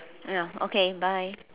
ya okay bye